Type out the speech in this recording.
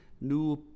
new